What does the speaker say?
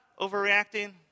overreacting